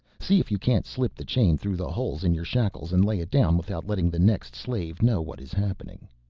see if you can't slip the chain through the holes in your shackles and lay it down without letting the next slave know what is happening.